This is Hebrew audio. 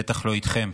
בטח לא איתכם.